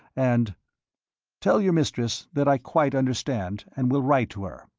and tell your mistress that i quite understand and will write to her,